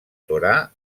torà